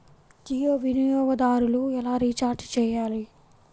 జియో వినియోగదారులు ఎలా రీఛార్జ్ చేయాలి?